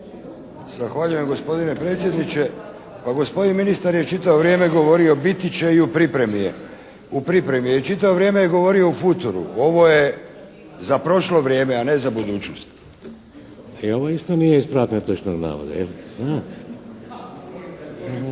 Zahvaljujem gospodine predsjedniče. Pa gospodin ministar je čitavo vrijeme govorio biti će i u pripremi je, u pripremi je. Čitavo vrijeme je govorio u futuru. Ovo je za prošlo vrijeme, a ne za budućnost. **Šeks, Vladimir (HDZ)** I ovo isto nije ispravak netočnog navoda. Futur